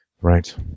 Right